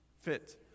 Fit